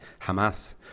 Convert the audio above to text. Hamas